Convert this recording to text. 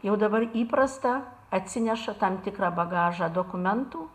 jau dabar įprasta atsineša tam tikrą bagažą dokumentų